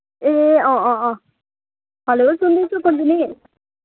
ए अँ अँ अँ हेलो सुन्दैछु कुञ्जनी